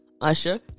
Usher